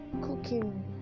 cooking